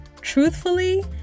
Truthfully